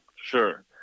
Sure